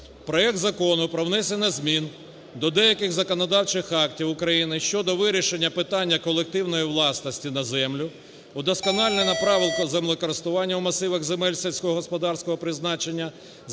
Проект Закону про внесення змін до деяких законодавчих актів України щодо вирішення питання колективної власності на землю удосконалення правил землекористування у масивах земель сільськогосподарського призначення,